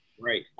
right